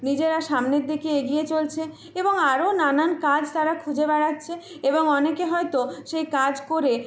নিজেরা সামনের দিকে এগিয়ে চলছে এবং আরো নানান কাজ তারা খুঁজে বেড়াচ্ছে এবং অনেকে হয়তো সেই কাজ করে